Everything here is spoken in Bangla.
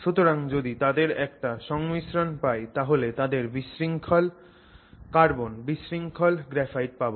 সুতরাং যদি তাদের একটা সংমিশ্রণ পাই তাহলে তাদের বিশৃঙ্খল কার্বন বিশৃঙ্খল গ্রাফাইট পাবো